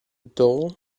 doll